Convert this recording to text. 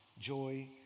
joy